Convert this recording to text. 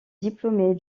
diplômée